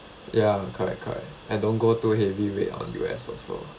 ya correct correct I don't go too heavy weight on U_S also